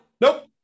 nope